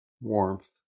warmth